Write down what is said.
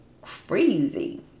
crazy